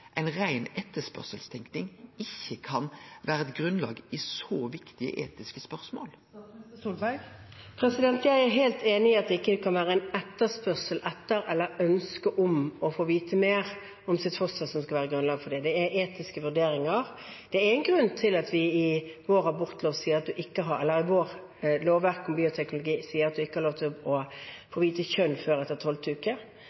så viktige etiske spørsmål? Jeg er helt enig i at det ikke kan være en etterspørsel etter eller et ønske om å få vite mer om sitt foster som skal være grunnlaget for det. Det er etiske vurderinger som skal være grunnlaget. Én grunn til at vi i vårt lovverk sier at en ikke har lov til å få vite kjønn før etter tolvte uke, er ikke at jentebarn sorteres vekk i Norge, det er en bevissthet om at